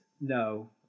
No